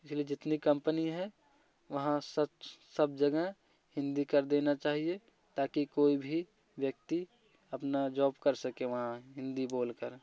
इसलिए जितनी कम्पनी है वहाँ सच सब जगह हिंदी कर देना चाहिए ताकि कोई भी व्यक्ति अपना जॉब कर सके वहाँ हिंदी बोलकर